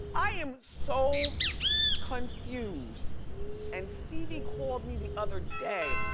i am so confused and stevie called me the other day.